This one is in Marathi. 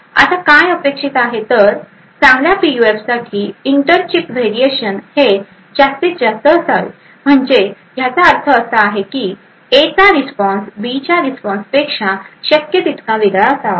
आता काय अपेक्षित आहे तर चांगल्या पीयूएफसाठी इंटर चीप व्हेरिएशन हे जास्तीत जास्त असावे म्हणजे याचा अर्थ असा आहे की ए चा रिस्पॉन्स बी च्या रिस्पॉन्स पेक्षा शक्य तितका वेगळा असावा